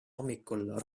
hommikul